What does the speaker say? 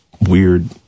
weird